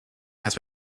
has